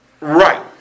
Right